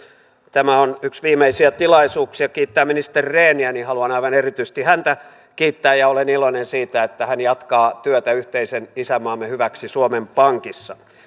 tämä on yksi viimeisiä tilaisuuksia kiittää ministeri rehniä niin haluan aivan erityisesti häntä kiittää ja olen iloinen siitä että hän jatkaa työtä yhteisen isänmaamme hyväksi suomen pankissa